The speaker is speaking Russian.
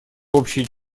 общие